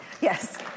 Yes